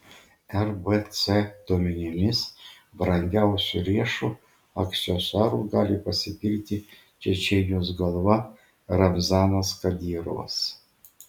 rbc duomenimis brangiausiu riešo aksesuaru gali pasigirti čečėnijos galva ramzanas kadyrovas